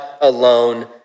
alone